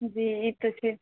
जी ई तऽ छै